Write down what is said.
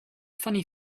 funny